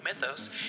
Mythos